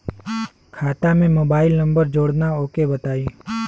खाता में mobile number जोड़ना ओके बताई?